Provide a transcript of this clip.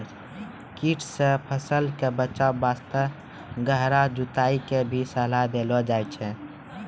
कीट सॅ फसल कॅ बचाय वास्तॅ गहरा जुताई के भी सलाह देलो जाय छै